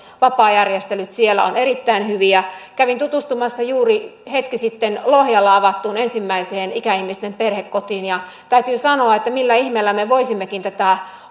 vapaajärjestelyt ovat erittäin hyviä kävin tutustumassa juuri hetki sitten lohjalla avattuun ensimmäiseen ikäihmisten perhekotiin ja täytyy sanoa että millä ihmeellä me voisimmekin tätä